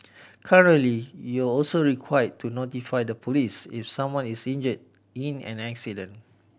currently you're also required to notify the police if someone is injured in an accident